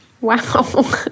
Wow